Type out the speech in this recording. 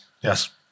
Yes